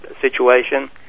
situation